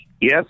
Yes